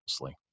mostly